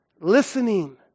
listening